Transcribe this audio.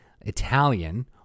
Italian